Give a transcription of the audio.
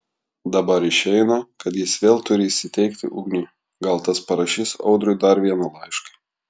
dabar išeina kad jis vėl turi įsiteikti ugniui gal tas parašys audriui dar vieną laišką